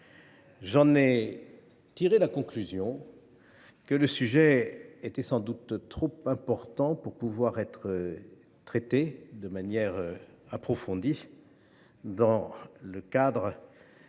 J’en ai tiré la conclusion que le sujet était sans doute trop important pour qu’on puisse le traiter de manière approfondie dans le cadre